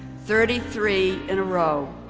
thirty three in a row.